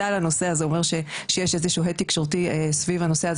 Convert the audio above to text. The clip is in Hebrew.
לנושא הזה ויש איזשהו הד תקשורתי סביב הנושא של